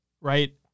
right